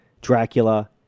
Dracula